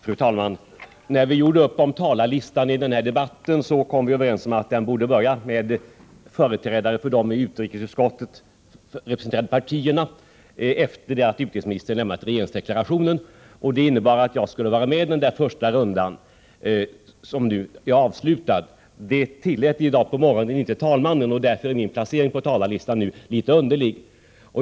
Fru talman! När vi gjorde upp om talarlistan för den här debatten, kom vi överens om att den borde börja med företrädare för de i utrikesutskottet representerade partierna, efter det att utrikesministern lämnat regeringsdeklarationen. Det innebar att jag skulle vara med i den första rundan, som nu är avslutad. Det tillät i dag på morgonen inte talmannen, och därför är min placering på talarlistan nu litet underlig.